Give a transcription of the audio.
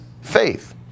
faith